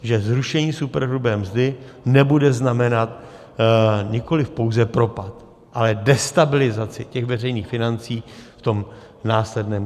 Že zrušení superhrubé mzdy nebude znamenat nikoliv pouze propad, ale destabilizaci těch veřejných financí v tom následném kroku.